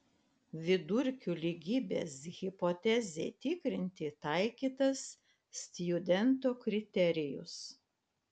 vidurkių lygybės hipotezei tikrinti taikytas stjudento kriterijus